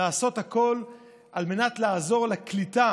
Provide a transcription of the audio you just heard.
לעשות הכול על מנת לעזור לקליטה